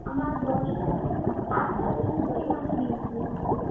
আমার দশটা থেকে চারটে পর্যন্ত ওইখানে ডিউটি আছে